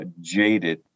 jaded